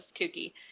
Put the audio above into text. kooky